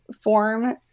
form